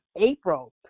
April